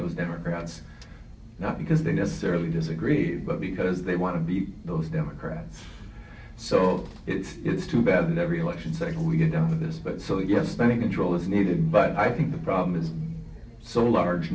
those democrats not because they necessarily disagree but because they want to beat those democrats so it's it's too bad every election cycle we get out of this but so you have spending control is needed but i think the problem is so large